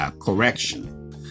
correction